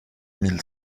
mille